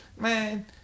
man